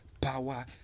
power